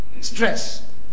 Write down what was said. stress